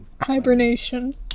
Hibernation